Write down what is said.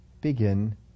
begin